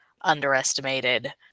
underestimated